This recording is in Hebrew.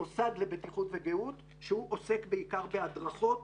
המוסד לבטיחות ולגהות, שהוא עוסק בעיקר בהדרכות,